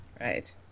Right